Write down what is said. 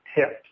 tips